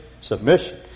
submission